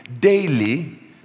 daily